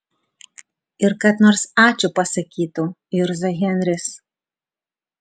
ir kad nors ačiū pasakytų irzo henris